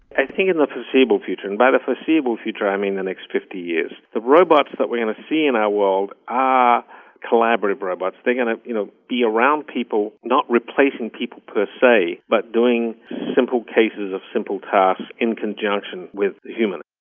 i think in the foreseeable future, and by the foreseeable future i mean the next fifty years, the robots that we're going to see in our world are collaborative robots, they're going to you know be around people, not replacing people per se but doing simple cases of simple tasks in conjunction with humans.